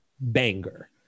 banger